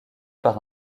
par